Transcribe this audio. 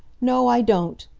no, i don't.